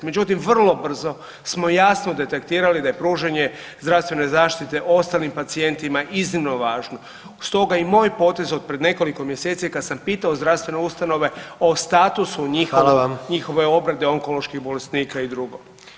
Međutim vrlo brzo smo jasno detektirali da je pružanje zdravstvene zaštite ostalim pacijentima iznimno važno, stoga i moj potez od pred nekoliko mjeseci je kad sam pitao zdravstvene ustanove o statusu njihove obrade, [[Upadica: Hvala vam.]] onkoloških bolesnika i drugo.